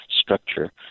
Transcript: structure